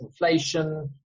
inflation